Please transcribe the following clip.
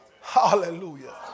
Hallelujah